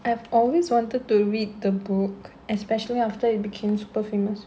I have always wanted to read the book especially after it became super famous